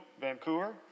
Vancouver